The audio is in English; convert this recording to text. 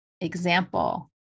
example